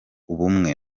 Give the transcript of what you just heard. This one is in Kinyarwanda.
ubumwe